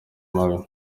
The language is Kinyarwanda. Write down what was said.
mabi